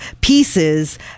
pieces